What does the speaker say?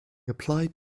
applied